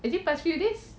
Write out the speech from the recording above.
is it past few days